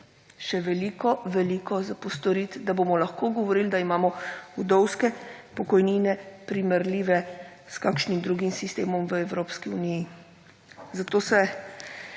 Še veliko, veliko za postoriti, da bomo lahko govorili, da imamo vdovske pokojnine primerljive s kakšnim drugim sistemom v Evropski uniji. Zato se